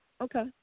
Okay